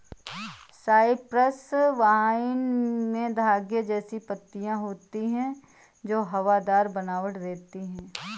Cyprus vine में धागे जैसी पत्तियां होती हैं जो हवादार बनावट देती हैं